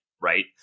right